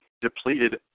depleted